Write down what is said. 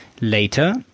later